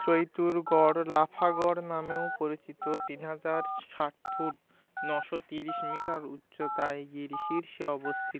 চৈতুরগড় লাফাগড় নামেও পরিচিত তিন হাজার ষাট ফুট নশো তিরিশ মিটার উচ্চতায় গিরি শীর্ষে অবস্থিত